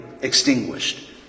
extinguished